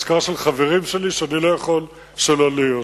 אזכרה של חברים שלי שאני לא יכול שלא להיות בה.